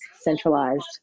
centralized